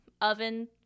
oven